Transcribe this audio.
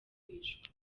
wishwe